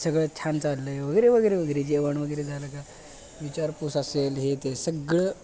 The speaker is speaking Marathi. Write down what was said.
सगळं छान चाललंय वगैरे वगैरे वगैरे जेवण वगैरे झालं का विचारपूस असेल हे ते सगळं